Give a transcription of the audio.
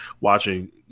watching